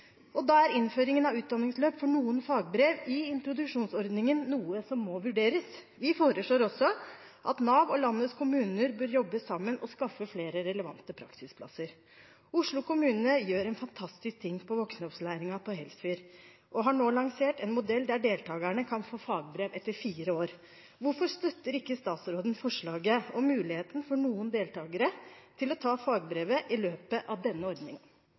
og da er innføringen av utdanningsløp for noen fagbrev i introduksjonsordningen noe som må vurderes. Vi foreslår også at Nav og landets kommuner bør jobbe sammen og skaffe flere relevante praksisplasser. Oslo kommune gjør noe fantastisk på voksenopplæringen på Helsfyr og har nå lansert en modell der deltakerne kan få fagbrev etter fire år. Hvorfor støtter ikke statsråden forslaget om å gi mulighet for noen deltakere til å ta fagbrevet i løpet av denne